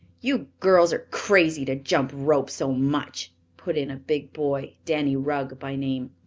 you girls are crazy to jump rope so much, put in a big boy, danny rugg by name.